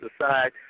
aside